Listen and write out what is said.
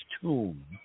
tomb